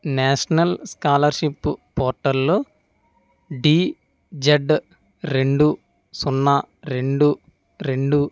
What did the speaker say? national scholarship portal లో DZ రెండు సున్నా రెండు రెండు